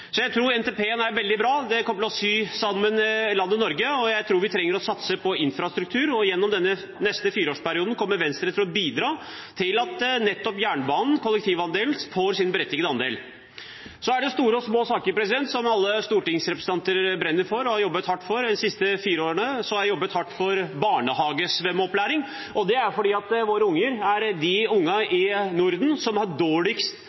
Jeg tror NTP-en er veldig bra. Den kommer til å sy sammen landet Norge. Jeg tror vi trenger å satse på infrastruktur, og gjennom denne neste fireårsperioden kommer Venstre til å bidra til at nettopp jernbanen, kollektivandelen, får sin berettigede andel. Så er det store og små saker som alle stortingsrepresentanter brenner for. De siste fire årene har jeg jobbet hardt for svømmeopplæring i barnehagen, og det er fordi våre unger er de ungene i Norden som er dårligst